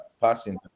passing